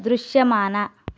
దృశ్యమాన